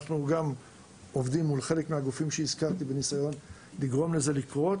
אנחנו גם עובדים מול חלק מהגופים שהזכרתי בניסיון לגרום לזה לקרות.